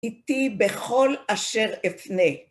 איתי בכל אשר אפנה.